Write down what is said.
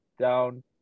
down